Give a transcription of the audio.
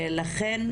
לכן,